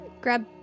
Grab